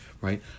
right